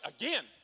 again